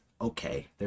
okay